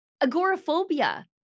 agoraphobia